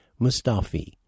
Mustafi